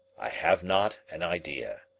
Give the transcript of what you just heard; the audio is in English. i have not an idea.